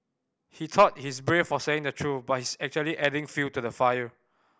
he thought he's brave for saying the truth but he's actually adding fuel to the fire